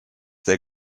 their